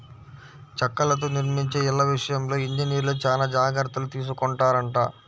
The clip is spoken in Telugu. చెక్కలతో నిర్మించే ఇళ్ళ విషయంలో ఇంజనీర్లు చానా జాగర్తలు తీసుకొంటారంట